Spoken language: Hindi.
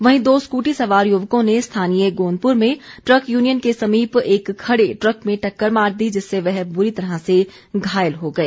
वहीं दो स्कूटी सवार युवकों ने स्थानीय गोंदपुर में ट्रक यूनियन के समीप एक खड़े ट्रक में टक्कर मार दी जिससे वह बुरी तरह से घायल हो गए